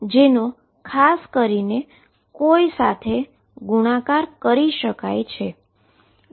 જેનો ખાસ કરીને કોઈ સાથે ગુણાકાર કરી શકાય છે